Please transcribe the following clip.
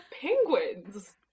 penguins